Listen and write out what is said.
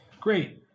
Great